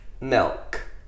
milk